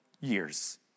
years